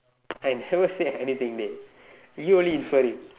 I never say anything dey you only inferring